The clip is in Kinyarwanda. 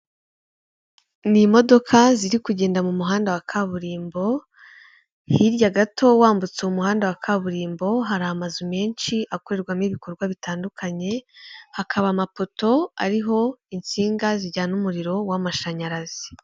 Ni imodoka ziri kugenda mu muhanda wa kaburimbo, hirya gato wambutse umuhanda wa kaburimbo hari amazu menshi akorerwamo ibikorwa bitandukanye, hakaba amapoto ariho insinga zijyana umuriro w'amashanyarazi.